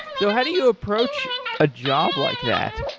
so how do you approach a job like that?